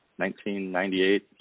1998